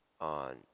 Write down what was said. on